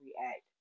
react